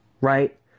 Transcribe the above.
right